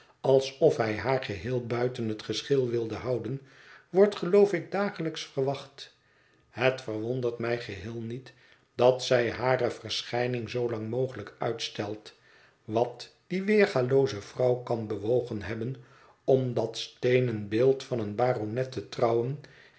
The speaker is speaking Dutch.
alsof hij haar geheel buiten het geschil wilde houden wordt geloof ik dagelijks verwacht het verwondert mij geheel niet dat zij hare verschijning zoo lang mogelijk uitstelt wat die weergalooze vrouw kan bewogen hebben om dat steenen beeld van een baronet te trouwen